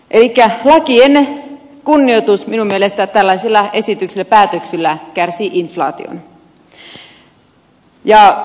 elikkä lakien kunnioitus minun mielestäni tällaisilla esityksillä päätöksillä kärsii inflaation